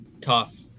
tough